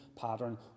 pattern